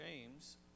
James